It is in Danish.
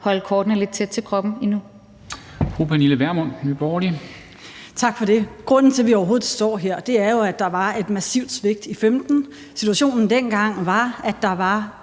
Vermund, Nye Borgerlige. Kl. 13:37 Pernille Vermund (NB): Tak for det. Grunden til, at vi overhovedet står her, er jo, at der var et massivt svigt i 2015. Situationen dengang var, at der var